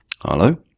Hello